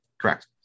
Correct